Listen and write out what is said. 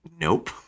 nope